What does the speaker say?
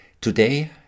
Today